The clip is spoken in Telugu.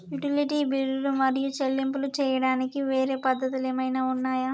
యుటిలిటీ బిల్లులు మరియు చెల్లింపులు చేయడానికి వేరే పద్ధతులు ఏమైనా ఉన్నాయా?